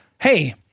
hey